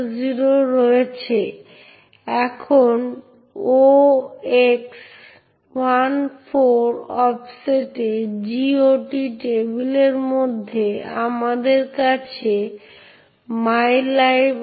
আরও যদি রুট নিজেই কম্প্রোমাইজ করে যায় উদাহরণস্বরূপ যদি রুট প্রোগ্রামগুলির একটিতে বাফার ওভারফ্লো দুর্বলতা থাকে তারপর সেই প্রোগ্রামটি কম্প্রোমাইজ করে এবং তারপরে ম্যালওয়্যারটি সিস্টেমে রুট অ্যাক্সেস পায় এবং এইভাবে পুরো সিস্টেমকে কম্প্রোমাইজ করে কারণ ম্যালওয়্যারটি সিস্টেমের সমস্ত ফাইল পড়তে এবং লিখতে পারে